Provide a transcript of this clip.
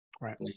right